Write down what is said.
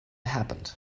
happened